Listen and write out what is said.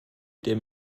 der